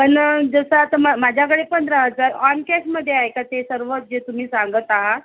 पण जसं आता मा माझ्याकडे पंधरा हजार ऑन कॅशमध्ये आहे का ते सर्व जे तुम्ही सांगत आहात